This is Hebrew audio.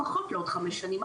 לפחות לעוד חמש שנים,